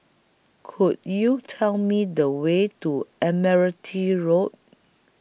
Could YOU Tell Me The Way to Admiralty Road